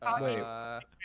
Wait